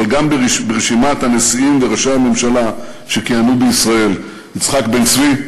אבל גם ברשימת הנשיאים וראשי הממשלה שכיהנו בישראל: יצחק בן-צבי,